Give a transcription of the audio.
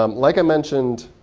um like i mentioned,